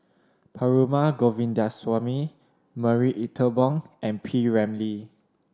Perumal Govindaswamy Marie Ethel Bong and P Ramlee